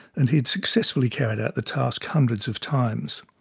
and had successfully carried out the task hundreds of times.